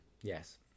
Yes